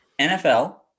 NFL